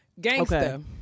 gangsta